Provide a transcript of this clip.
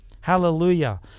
Hallelujah